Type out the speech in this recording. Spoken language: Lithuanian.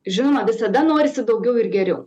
žinoma visada norisi daugiau ir geriau